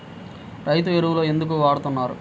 రైతు ఎరువులు ఎందుకు వాడుతున్నారు?